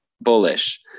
bullish